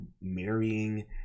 marrying